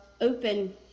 open